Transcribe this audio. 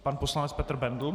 Pan poslanec Petr Bendl.